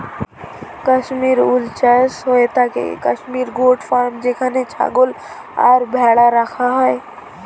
Kashmir wool চাষ হয়ে থাকে কাশ্মীর গোট ফার্মে যেখানে ছাগল আর ভেড়া রাখা হয়